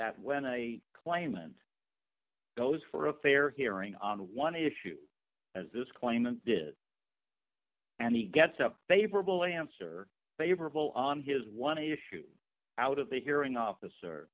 that when a claimant goes for a fair hearing on one issue as this claimant does and he gets a favorable answer favorable on his one issue out of the hearing officer